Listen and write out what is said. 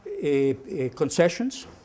concessions